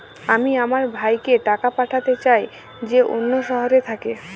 আমি আমার ভাইকে টাকা পাঠাতে চাই যে অন্য শহরে থাকে